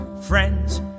friends